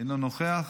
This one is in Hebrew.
אינו נוכח.